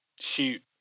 shoot